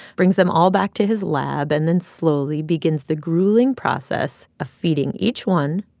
brings them all back to his lab and then slowly begins the grueling process of feeding each one,